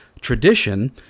tradition